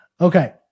Okay